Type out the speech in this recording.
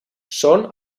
són